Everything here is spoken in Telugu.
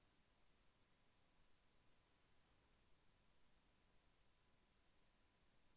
నేను బంగారం నుండి ఋణం పొందవచ్చా?